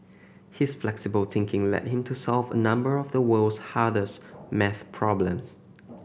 his flexible thinking led him to solve a number of the world's hardest maths problems